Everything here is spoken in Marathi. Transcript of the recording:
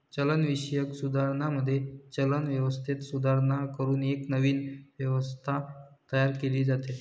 चलनविषयक सुधारणांमध्ये, चलन व्यवस्थेत सुधारणा करून एक नवीन व्यवस्था तयार केली जाते